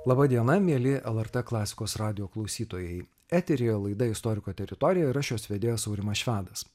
laba diena mieli lrt klasikos radijo klausytojai eteryje laida istoriko teritorija ir aš jos vedėjas aurimas švedas